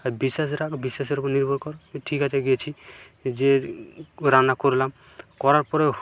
আর বিশ্বাস রাখ বিশ্বাসের ওপর নির্ভর কর ঠিক আছে গেছি যেয়ে রান্না করলাম করার পরেও